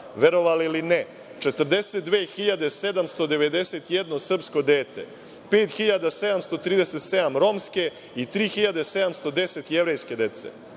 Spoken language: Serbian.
verovali ili ne, 42.791 srpsko dete, 5.737 romske i 3.710 jevrejske dece;4)